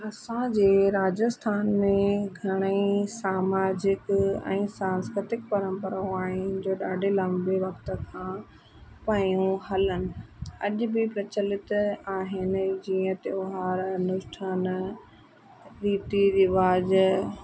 असांजे राजस्थान में घणई सामाजिक ऐं सांस्कृतिक परंपराऊं आहिनि जो ॾाढे लंबे वक़्त खां पेयूं हलनि अॼु बि प्रचलित आहिनि जीअं त्योहार अनुष्ठान रीति रवाजु